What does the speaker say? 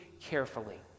carefully